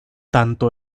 tanto